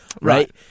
Right